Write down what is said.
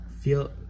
feel